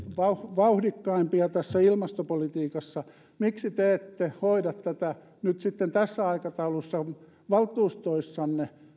vauhdikkaimpia tässä ilmastopolitiikassa miksi te ette hoida tätä nyt sitten tässä aikataulussa valtuustoissanne